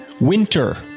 winter